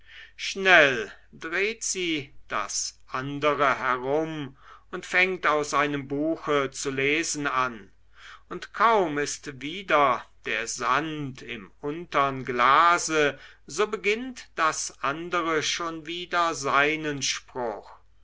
schnell dreht sie das andere herum und fängt aus einem buche zu lesen an und kaum ist wieder der sand im untern glase so beginnt das andere schon wieder seinen spruch